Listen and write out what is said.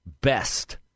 best